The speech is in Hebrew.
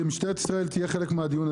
שמשטרת ישראל תהיה חלק מהדיון.